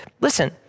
listen